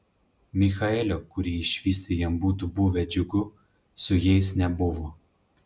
michaelio kurį išvysti jam būtų buvę džiugu su jais nebuvo